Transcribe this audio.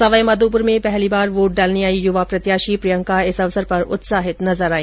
सवाईमाधोपुर में पहली बार वोट डालने आई युवा प्रत्याशी प्रियंका इस अवसर पर उत्साहित नजर आई